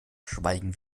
schweigen